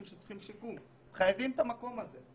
שצריכים שיקום שחייבים את המקום הזה.